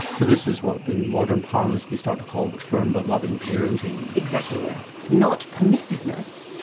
so this is what in modern parlance they start to call the firm but loving parenting? exactly that. not permissiveness.